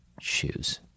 shoes